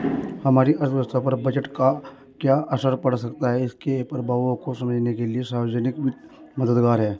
हमारी अर्थव्यवस्था पर बजट का क्या असर पड़ सकता है इसके प्रभावों को समझने के लिए सार्वजिक वित्त मददगार है